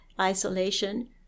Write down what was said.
isolation